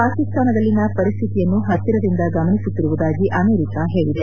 ಪಾಕಿಸ್ನಾನದಲ್ಲಿನ ಪರಿಸ್ನಿತಿಯನ್ನು ಪತ್ನಿರದಿಂದ ಗಮನಿಸುತ್ತಿರುವುದಾಗಿ ಅಮೆರಿಕಾ ಹೇಳದೆ